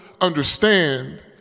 understand